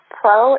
pro